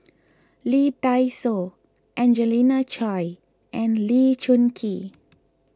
Lee Dai Soh Angelina Choy and Lee Choon Kee